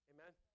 Amen